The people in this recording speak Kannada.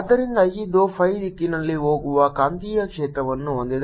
ಆದ್ದರಿಂದ ಇದು phi ದಿಕ್ಕಿನಲ್ಲಿ ಹೋಗುವ ಕಾಂತೀಯ ಕ್ಷೇತ್ರವನ್ನು ಹೊಂದಿದೆ